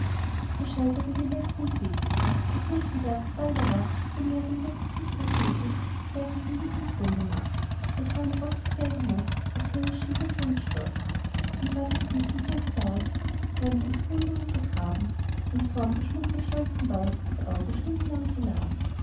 so scheiterte die lästrung kläglich der fürst begab sobald er wach vielmehr von jetzt ab sich tagtäglich gleich in sein lieblingswohngemach wo freien ausblick er genoß auf seines schwiegersohnes schloß und ward nicht müd vom fenster aus ganz in bewunderung vergraben an form und schmuck des stolzen baus das auge stundenlang zu laben